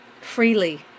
freely